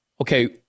Okay